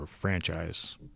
franchise